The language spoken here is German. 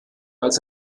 als